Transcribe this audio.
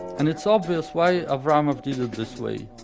and it's obvious why avraamov did it this way.